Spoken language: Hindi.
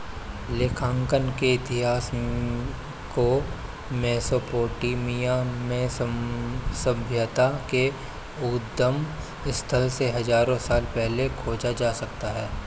लेखांकन के इतिहास को मेसोपोटामिया में सभ्यता के उद्गम स्थल से हजारों साल पहले खोजा जा सकता हैं